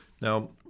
now